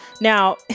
Now